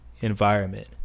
environment